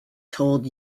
told